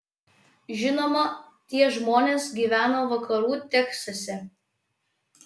žinoma tie žmonės gyveno vakarų teksase